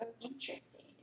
Interesting